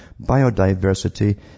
biodiversity